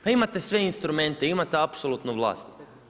Pa imate sve instrumente, imate apsolutnu vlast.